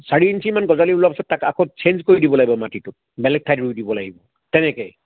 চাৰি ইঞ্চিমান গজালি ওলোৱা পিছত তাক আকৌ চেং কৰি দিব লাগিব মানে বেলেগ ঠাইত ৰুই দিব লাগিব তেনেকৈ